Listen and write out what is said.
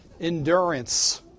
endurance